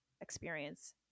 experience